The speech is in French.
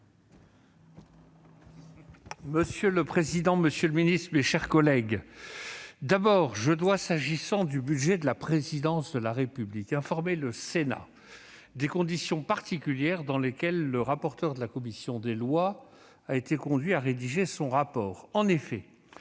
Monsieur le président, monsieur le ministre, mes chers collègues, je dois d'abord, s'agissant du budget de la Présidence de la République, informer le Sénat des conditions particulières dans lesquelles le rapporteur pour avis de la commission des lois a été conduit à rédiger son rapport. En effet,